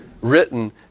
written